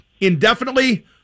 indefinitely